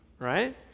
right